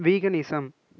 veganism